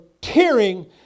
tearing